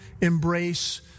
embrace